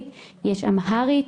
יש אמהרית,